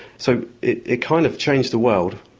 so, it it kind of changed the world.